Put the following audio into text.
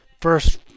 First